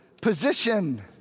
Position